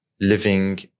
living